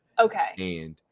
Okay